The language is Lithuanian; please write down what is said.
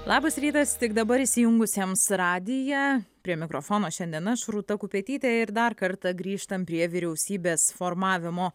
labas rytas tik dabar įsijungusiems radiją prie mikrofono šiandien aš rūta kupetytė ir dar kartą grįžtam prie vyriausybės formavimo